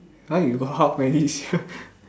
!huh! you got how many sia